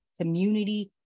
community